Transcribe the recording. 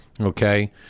Okay